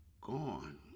gone